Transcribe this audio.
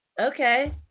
Okay